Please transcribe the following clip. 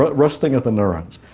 but rusting of the neurons.